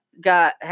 got